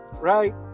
right